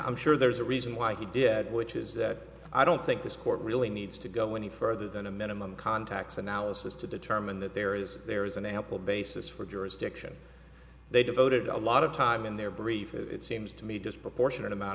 i'm sure there's a reason why he did which is that i don't think this court really needs to go any further than a minimum contacts analysis to determine that there is there is an ample basis for jurisdiction they devoted a lot of time in their brief it seems to me a disproportionate amount